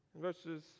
verses